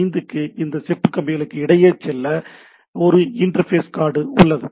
45 க்கு இந்த செப்பு கேபிளுக்கு எடுத்துச் செல்ல ஒரு இன்டர்ஃபேஸ் கார்டு உள்ளது